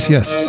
Yes